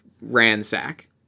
ransack